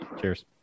cheers